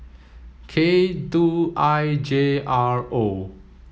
K two I J R O